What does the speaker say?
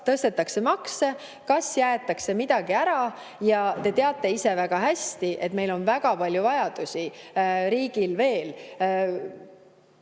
tõstetakse makse, kas jäetakse midagi ära? Te teate ise väga hästi, et meil on väga palju vajadusi riigil veel,